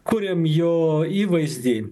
kuriam jo įvaizdį